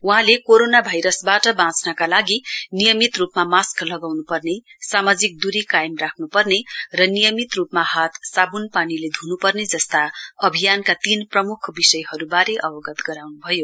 वहाँले कोरोना भाइरसबाट बाँच्नका लागि नियमित रुपमा मास्क लगाउनपर्ने सामाजिक दूरी कायम राख्नपर्ने र नियमित रुपमा हात साब्न पानीले ध्रनुपर्ने जस्ता अभियानका तीन प्रमुख विषयहरुवारे अवगत गराउनुभयो